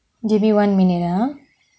give me one minute ah